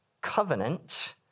covenant